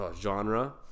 genre